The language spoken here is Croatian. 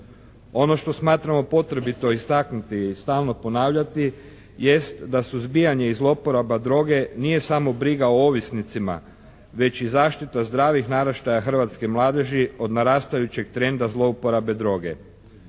Ono što smatramo potrebito istaknuti i stalno ponavljati, jest da suzbijanje i zloporaba droge nije samo briga o ovisnicima već i zaštita zdravih naraštaja hrvatske mladeži od narastajućeg trenda zlouporabe droge.